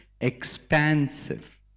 Expansive